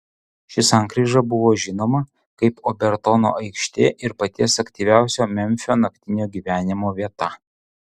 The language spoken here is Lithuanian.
ši sankryža buvo žinoma kaip obertono aikštė ir paties aktyviausio memfio naktinio gyvenimo vieta